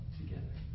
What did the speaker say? together